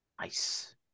Nice